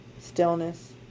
stillness